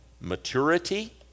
maturity